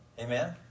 Amen